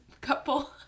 couple